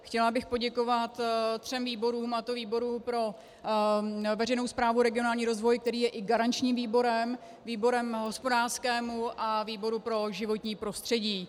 Chtěla bych poděkovat třem výborům, a to výboru pro veřejnou správu, regionální rozvoj, který je i garančním výborem, výboru hospodářskému a výboru pro životní prostředí.